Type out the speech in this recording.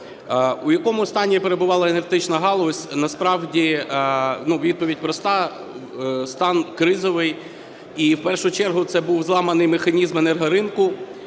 У якому стані перебувала енергетична галузь? Насправді відповідь проста: стан кризовий. І в першу чергу це був зламаний механізм енергоринку,